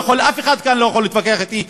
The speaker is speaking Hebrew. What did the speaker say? אף אחד כאן לא יכול להתווכח אתי,